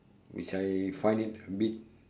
which I find it a bit